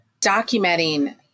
documenting